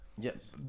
Yes